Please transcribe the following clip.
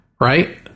right